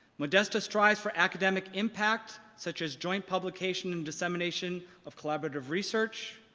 modesta strives for academic impact such as joint publication and dissemination of collaborative research.